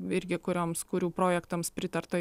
irgi kurioms kurių projektams pritarta